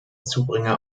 zubringer